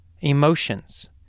emotions